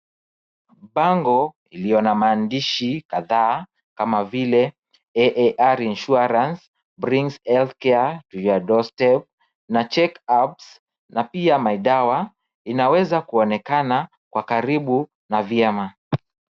Bango iliyo na maandishi kadhaa kama vile AAR Insurance brings Healthcare to your Doorstep na Checkups na pia MyDawa inaweza kuonekana kwa karibu na vyema.